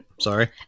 Sorry